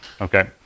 okay